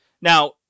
Now